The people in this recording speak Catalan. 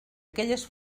aquelles